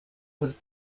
was